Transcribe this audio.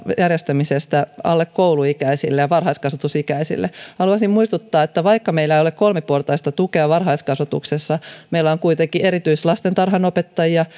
järjestämisestä alle kouluikäisille ja varhaiskasvatusikäisille haluaisin muistuttaa että vaikka meillä ei ole kolmiportaista tukea varhaiskasvatuksessa meillä on kuitenkin erityislastentarhanopettajia